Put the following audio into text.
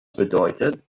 bedeutet